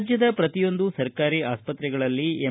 ರಾಜ್ಯ ಪ್ರತಿಯೊಂದು ಸರ್ಕಾರಿ ಆಸ್ಪತ್ರೆಗಳಲ್ಲಿ ಎಂ